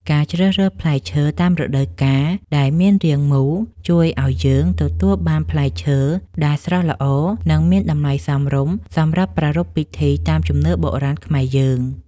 ការជ្រើសរើសផ្លែឈើតាមរដូវកាលដែលមានរាងមូលជួយឱ្យយើងទទួលបានផ្លែឈើដែលស្រស់ល្អ និង មានតម្លៃសមរម្យសម្រាប់ប្រារព្ធពិធីតាមជំនឿបុរាណខ្មែរយើង។